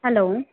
hello